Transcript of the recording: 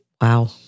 wow